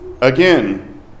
Again